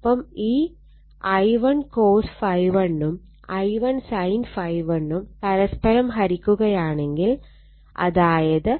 ഒപ്പം ഈ I1 cos ∅1 ഉം I1 sin ∅1 ഉം പരസ്പരം ഹരിക്കുകയാണെങ്കിൽ അതായത്